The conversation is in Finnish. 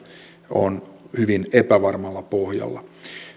on hyvin epävarmalla pohjalla